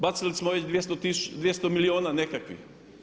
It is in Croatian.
Bacili smo već 200 milijuna nekakvih.